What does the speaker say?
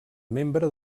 membre